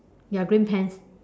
ya green pants